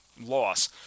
loss